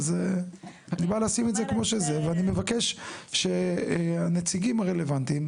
אז אני בא לשים את זה כמו שזה ואני מבקש שהנציגים הרלוונטיים,